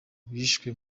bishwe